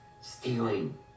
stealing